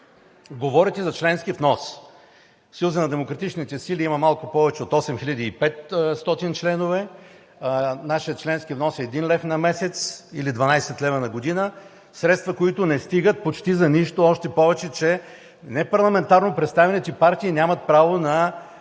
Говорите за членски внос. Съюзът на демократичните сили има малко повече от 8 хиляди 500 членове, нашият членски внос е 1 лв. на месец – или 12 лв. на година, средства, които не стигат почти за нищо, още повече че непарламентарно представените партии нямат право на